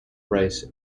rice